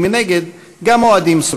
ומנגד גם אוהדים שרופים.